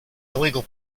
illegal